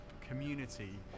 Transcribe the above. community